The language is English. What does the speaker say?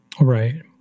Right